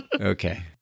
Okay